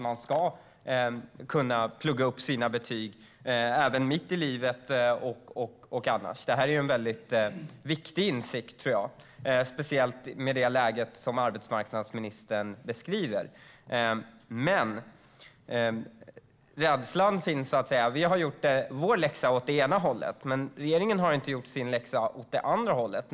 Man ska kunna läsa upp sina betyg både mitt i livet och annars. Det är en viktig insikt, speciellt med det läge som arbetsmarknadsministern beskriver. Men rädslan finns. Vi har gjort vår läxa åt det ena hållet, men regeringen har inte gjort sin läxa åt det andra hållet.